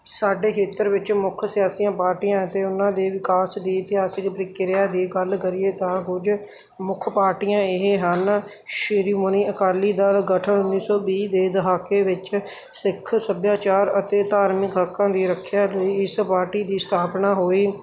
ਸਾਡੇ ਖੇਤਰ ਵਿੱਚ ਮੁੱਖ ਸਿਆਸੀਆਂ ਪਾਰਟੀਆਂ ਅਤੇ ਉਹਨਾਂ ਦੇ ਵਿਕਾਸ ਦੀ ਇਤਿਹਾਸਿਕ ਪ੍ਰਕਿਰਿਆ ਦੀ ਗੱਲ ਕਰੀਏ ਤਾਂ ਕੁਝ ਮੁੱਖ ਪਾਰਟੀਆਂ ਇਹ ਹਨ ਸ਼੍ਰੋਮਣੀ ਅਕਾਲੀ ਦਲ ਗਠਨ ਉੱਨੀ ਸੌ ਵੀਹ ਦੇ ਦਹਾਕੇ ਵਿੱਚ ਸਿੱਖ ਸੱਭਿਆਚਾਰ ਅਤੇ ਧਾਰਮਿਕ ਹੱਕਾਂ ਦੀ ਰੱਖਿਆ ਲਈ ਇਸ ਪਾਰਟੀ ਦੀ ਸਥਾਪਨਾ ਹੋਈ